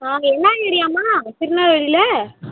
ஆ அங்கே என்ன ஏரியாமா திருநெல்வேலியில்